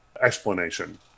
explanation